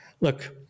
Look